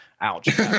ouch